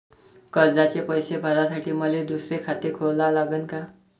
कर्जाचे पैसे भरासाठी मले दुसरे खाते खोला लागन का?